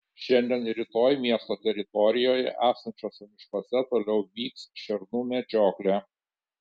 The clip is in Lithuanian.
šiandien ir rytoj miesto teritorijoje esančiuose miškuose toliau vyks šernų medžioklė